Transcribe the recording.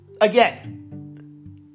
again